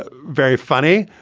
ah very funny.